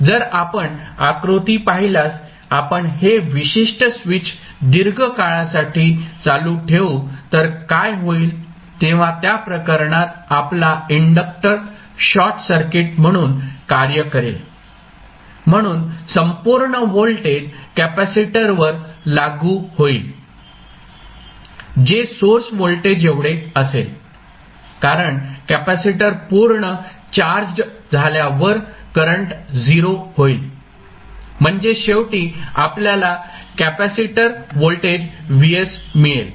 जर आपण आकृती पाहिल्यास आपण हे विशिष्ट स्विच दीर्घ काळासाठी चालू ठेवू तर काय होईल तेव्हा त्या प्रकरणात आपला इंडक्टर शॉर्ट सर्किट म्हणून कार्य करेल म्हणून संपूर्ण व्होल्टेज कॅपेसिटरवर लागू होईल जे सोर्स व्होल्टेज एवढे असेल कारण कॅपेसिटर पूर्ण चार्जड् झाल्या वर करंट 0 होईल म्हणजे शेवटी आपल्याला कॅपेसिटर व्होल्टेज Vs मिळेल